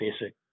basic